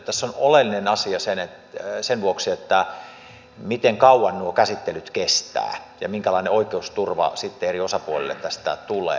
tässä on oleellinen asia se miten kauan nuo käsittelyt kestävät ja minkälainen oikeusturva sitten eri osapuolille tästä tulee